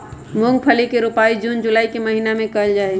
मूंगफली के रोपाई जून जुलाई के महीना में कइल जाहई